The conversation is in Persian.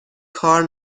کار